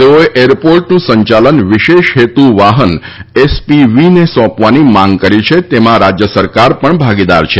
તેઓએ એરપોર્ટનું સંચાલન વિશેષ હેતુ વાહન એસપીવીને સોંપવાની માંગ કરી છે અને તેમાં રાજ્ય સરકાર પણ ભાગીદાર છે